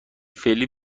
فعلی